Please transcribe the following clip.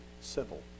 civil